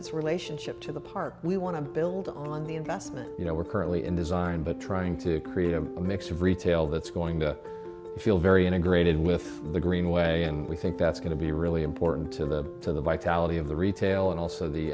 its relationship to the park we want to build on the investment you know we're currently in design but trying to create a mix of retail that's going to feel very integrated with the greenway and we think that's going to be really important to the to the vitality of the retail and also the